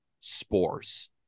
Spores